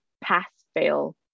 pass-fail